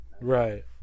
Right